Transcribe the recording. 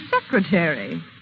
secretary